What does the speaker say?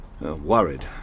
Worried